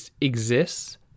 exists